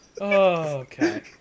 okay